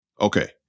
Okay